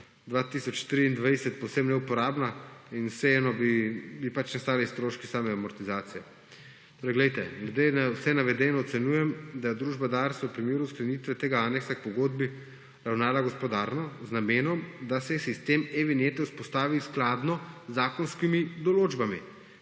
2023 povsem neuporabna in vseeno bi pač nastali stroški same amortizacije. Torej glejte, glede na vse navedeno ocenjujem, da je družba Dars v primeru sklenitve tega aneksa k pogodbi ravnala gospodarno z namenom, da se sistem e-vinjete vzpostavi skladno z zakonskimi določbami